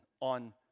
on